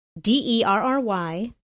D-E-R-R-Y